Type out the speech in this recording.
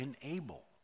enable